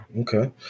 Okay